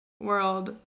world